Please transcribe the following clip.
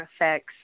effects